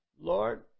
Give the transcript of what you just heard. Lord